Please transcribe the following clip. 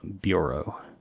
Bureau